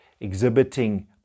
exhibiting